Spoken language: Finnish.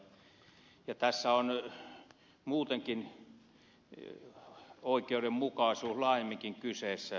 tässä on muutenkin oikeudenmukaisuudesta laajemminkin kyse